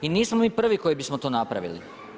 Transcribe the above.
I nismo mi prvi koji bismo to napravili.